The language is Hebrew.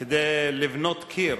כדי לבנות קיר,